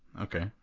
okay